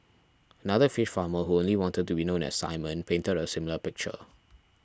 another fish farmer who only wanted to be known as Simon painted a similar picture